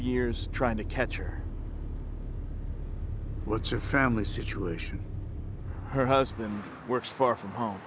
years trying to capture what's your family situation her husband works far from home